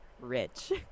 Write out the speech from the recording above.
rich